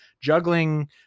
juggling